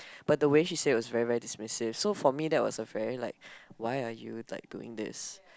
but the way she says was really really dismissive so for me that was a very like why are you like doing this